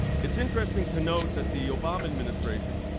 it is interesting to note, that the obama administration